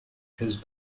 his